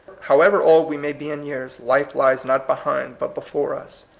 however old we may be in years, life lies not behind, but before us.